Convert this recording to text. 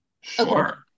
Sure